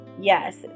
Yes